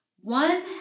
One